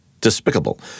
despicable